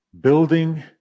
building